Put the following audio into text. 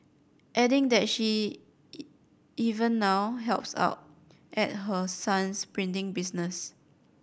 adding that she even now helps out at her son's printing business